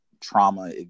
trauma